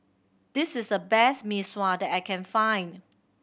this is the best Mee Sua that I can find